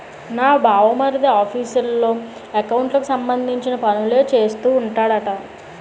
నా బావమరిది ఆఫీసులో ఎకౌంట్లకు సంబంధించిన పనులే చేస్తూ ఉంటాడట